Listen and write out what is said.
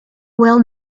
well